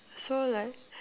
so like